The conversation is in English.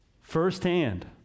firsthand